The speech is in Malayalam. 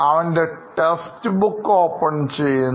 അവൻറെ ടെസ്റ്റ് ബുക്ക് ഓപ്പൺ ചെയ്യുന്നു